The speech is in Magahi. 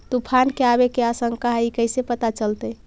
तुफान के आबे के आशंका है इस कैसे पता चलतै?